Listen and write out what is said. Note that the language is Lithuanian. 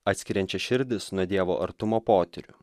atskiriančia širdis nuo dievo artumo potyrių